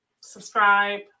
subscribe